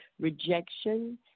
Rejection